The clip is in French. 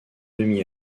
demi